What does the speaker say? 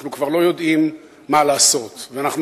אנחנו כבר לא יודעים מה לעשות ואנחנו